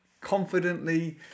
confidently